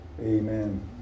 amen